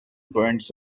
burns